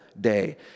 day